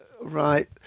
right